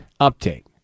update